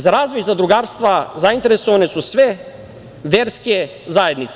Za razvoj zadrugarstva zainteresovane su sve verske zajednice.